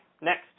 next